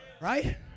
Right